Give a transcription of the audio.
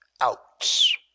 Outs